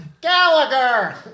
Gallagher